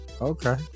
okay